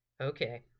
okay